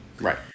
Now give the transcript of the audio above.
Right